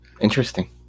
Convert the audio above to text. interesting